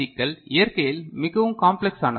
க்கள் இயற்கையில் மிகவும் காம்ப்ளெக்ஸ் ஆனவை